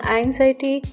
anxiety